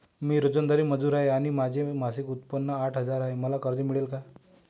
मी रोजंदारी मजूर आहे आणि माझे मासिक उत्त्पन्न आठ हजार आहे, मला कर्ज मिळेल का?